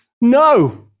no